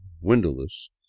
windowless